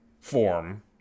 Form